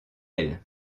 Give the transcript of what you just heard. elles